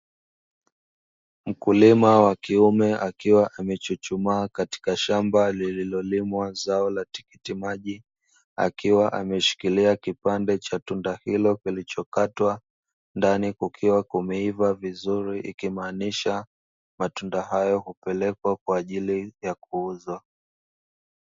Mkulima wa kiume akiwa amechuchumaa katika shamba lililolimwa zao la tikiti maji, akiwa ameshikilia kipande cha tunda hilo kilichokatwa ndani kikiwa kumeiva vizuri ikimaanisha matunda hayo hupelekwa kwa ajili ya kuuzwa.